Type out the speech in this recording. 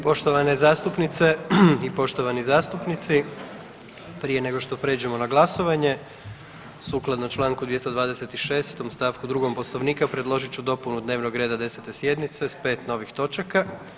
Poštovane zastupnice i poštovani zastupnici, prije nego što prijeđemo na glasovanje sukladno čl. 226. st. 2. poslovnika predložit ću dopunu dnevnog reda 10. sjednice s pet novih točaka.